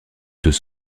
deux